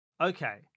Okay